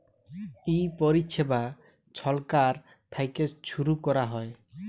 ই পরিছেবা ছরকার থ্যাইকে ছুরু ক্যরা হ্যয়